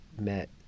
met